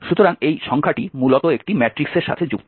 সুতরাং এই সংখ্যাটি মূলত একটি ম্যাট্রিক্সের সাথে যুক্ত